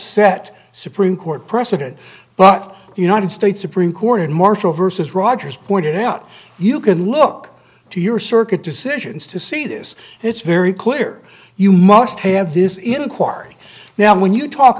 set supreme court precedent but united states supreme court and marshall versus rogers pointed out you can look to your circuit decisions to see this it's very clear you must have this inquiry now when you talk